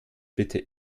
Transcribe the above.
bitte